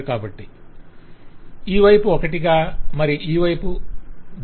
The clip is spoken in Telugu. కాబట్టి ఈ వైపు 1 గా మరి ఈ వైపు 0